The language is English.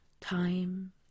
time